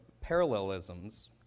parallelisms